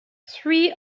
three